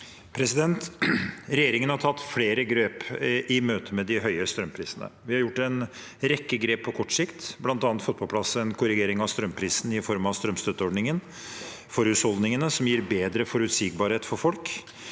Regjeringen har tatt flere grep i møte med de høye strømprisene. Vi har gjort en rekke grep på kort sikt, bl.a. fått på plass en korrigering av strømprisen i form av strømstøtteordningen for husholdningene, som gir bedre forutsigbarhet for folk.